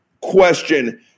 question